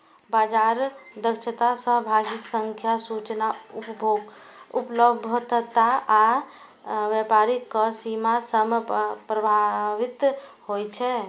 बाजार दक्षता सहभागीक संख्या, सूचना उपलब्धता आ व्यापारक सीमा सं प्रभावित होइ छै